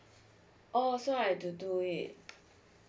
oh so I have to do it